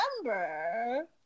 remember